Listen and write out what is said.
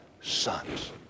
sons